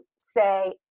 say